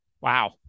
Wow